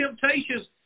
temptations